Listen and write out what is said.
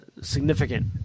significant